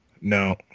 No